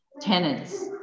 tenants